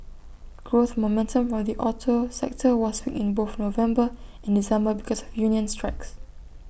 growth momentum from the auto sector was weak in both November and December because of union strikes